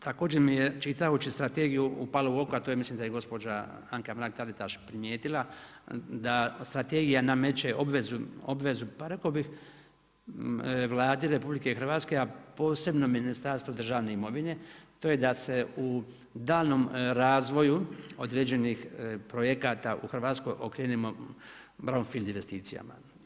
Također mi je čitajući strategiju upalo u oko, a to je mislim i gospođa Anka Mrak-TAritaš primijetila da strategija nameće obvezu, pa rekao bih Vladi RH, a posebno Ministarstvu državne imovine, a to je da se u daljnjem razvoju određenih projekata u Hrvatskoj okrenemo brownfield investicijama.